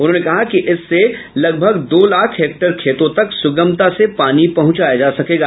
उन्होंने कहा कि इससे लगभग दो लाख हेक्टेयर खेतों तक सुगमता से पानी पहुंचाया जा सकेगा